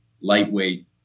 lightweight